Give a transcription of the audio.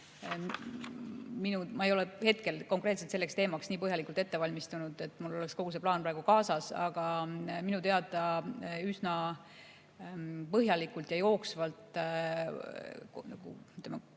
ma ei ole hetkel konkreetselt selleks teemaks nii põhjalikult valmistunud, et mul oleks kogu see plaan praegu kaasas. Aga minu teada üsna põhjalikult ja jooksvalt